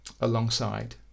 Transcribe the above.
alongside